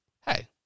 Hey